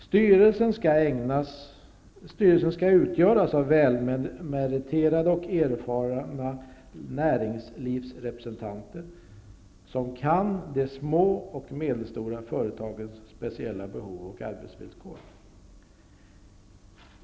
Styrelsen skall utgöras av välmeriterade och erfarna näringslivsrepresentanter som väl känner till de små och medelstora företagens speciella behov och arbetsvillkor.